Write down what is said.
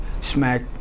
smack